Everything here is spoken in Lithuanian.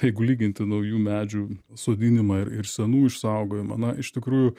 jeigu lyginti naujų medžių sodinimą ir ir senų išsaugojimą na iš tikrųjų